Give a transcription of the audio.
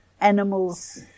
animals